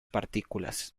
partículas